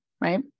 right